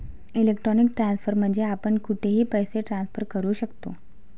electronic transfer म्हणजे आपण कुठेही पैसे ट्रान्सफर करू शकतो